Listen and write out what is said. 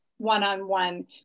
one-on-one